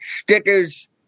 stickers